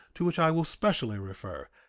to which i will specially refer,